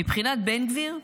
מבחינת בן גביר,